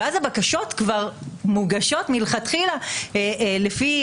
ואז הבקשות מוגשות כבר מלכתחילה לפי